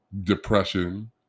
depression